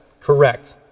Correct